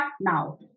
now